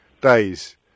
days